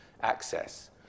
access